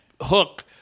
hook